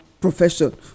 profession